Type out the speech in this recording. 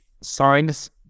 signs